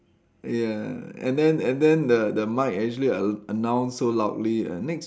ya and then and then the the mic actually a~ announce so loudly and next